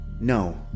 No